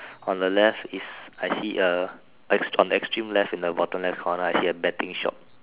on the left is I see a on the extreme left in the bottom left corner I see a betting shop